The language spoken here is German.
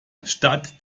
statt